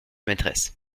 maîtresse